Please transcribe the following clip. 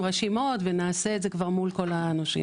רשימות ונעשה את זה כבר מול כל הנושים.